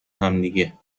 همدیگه